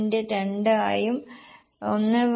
2 ആയും 1